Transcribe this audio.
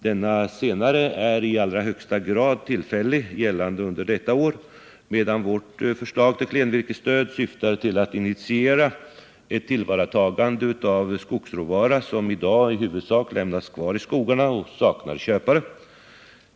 Denna senare är i allra högsta grad tillfälligt gällande under detta år, medan vårt förslag till klenvirkesstöd syftar till att initiera ett tillvaratagande av skogsråvara, som i dag i huvudsak lämnas kvar i skogarna och saknar köpare.